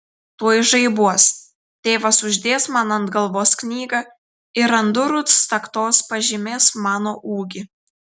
tuoj žaibuos tėvas uždės man ant galvos knygą ir ant durų staktos pažymės mano ūgį